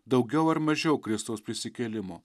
daugiau ar mažiau kristaus prisikėlimo